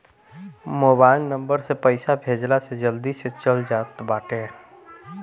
mobile number से पईसा भेजला से जल्दी से चल जात बाटे